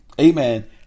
amen